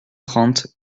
trente